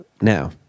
Now